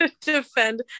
defend